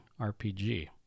RPG